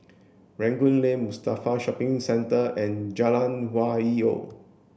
Rangoon Lane Mustafa Shopping Centre and Jalan Hwi Yoh